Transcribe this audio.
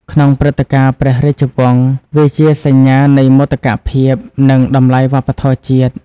ក្នុងព្រឹត្តិការណ៍ព្រះរាជវង្ស វាជាសញ្ញានៃមោទកភាព និងតម្លៃវប្បធម៌ជាតិ។